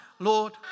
Lord